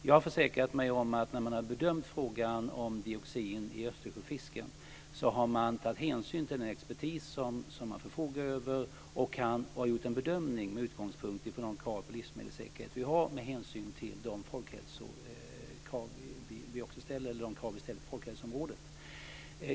Jag har försäkrat mig om att man när man har bedömt frågan om dioxin i östersjöfisken har tagit hänsyn till den expertis som man förfogar över och gjort en bedömning utifrån de krav på livsmedelssäkerhet som vi har med hänsyn till de krav vi ställer på folkhälsoområdet.